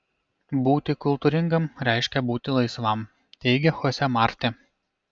būti kultūringam reiškia būti laisvam teigia chose marti